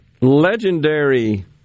legendary